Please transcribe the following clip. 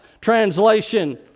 translation